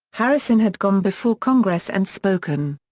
harrison had gone before congress and spoken,